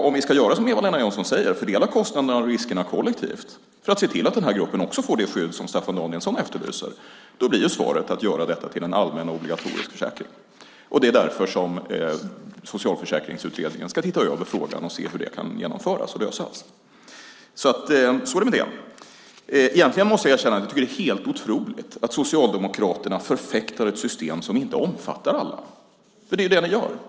Om vi ska göra som Eva-Lena Jansson säger och fördela kostnaderna och riskerna för att se till att också denna grupp får det skydd som Staffan Danielsson efterlyser. Då blir svaret att göra detta till en allmän och obligatorisk försäkring. Det är därför som Socialförsäkringsutredningen ska se över frågan för att se hur detta kan genomföras och lösas. Så är det med det. Egentligen tycker jag att det är helt otroligt att Socialdemokraterna förfäktar system som inte omfattar alla. Det är ju det ni gör.